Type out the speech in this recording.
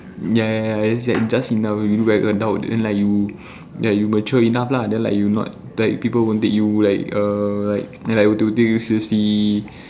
ya ya ya it's like just enough you look like an adult and like you ya you mature enough lah then like you not like people won't take you like err like then like won't take you seriously